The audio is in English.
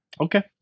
Okay